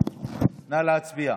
נא להצביע.